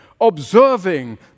observing